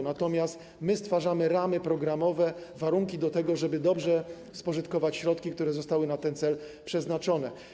Natomiast my stwarzamy ramy programowe, warunki do tego, żeby dobrze spożytkować środki, które zostały na ten cel przeznaczone.